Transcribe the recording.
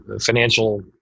financial